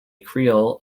creole